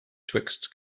twixt